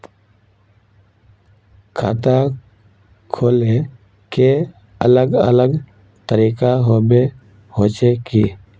खाता खोले के अलग अलग तरीका होबे होचे की?